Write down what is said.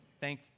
Thank